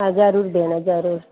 हा ज़रूर भेण ज़रूर